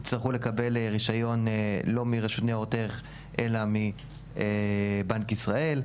יצטרכו לקבל רישיון לא מהרשות לניירות ערך אלא מבנק ישראל.